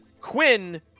Quinn